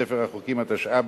ספר החוקים התשע"ב,